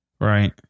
Right